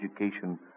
education